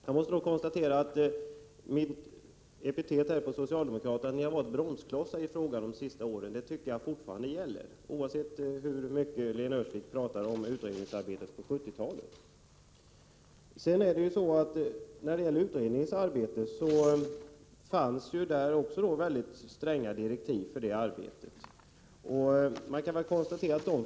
Jag tycker alltså att min beskrivning att socialdemokraterna varit en bromskloss i dessa frågor under de senaste åren fortfarande gäller, hur mycket Lena Öhrsvik än talar om utredningsarbetet på 70-talet. Det fanns mycket stränga direktiv för studiemedelsutredningens arbete.